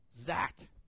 Zach